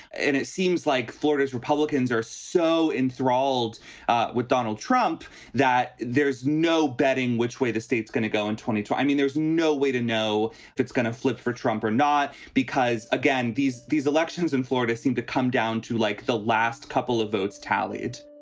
and it seems like florida's republicans are so enthralled with donald trump that there's no betting which way the state's going to go in two. i mean, there's no way to know if it's gonna flip for trump or not, because, again, these these elections in florida seem to come down to like the last couple of votes tallied